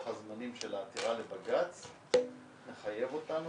הזמנים של העתירה לבג"ץ מחייב אותנו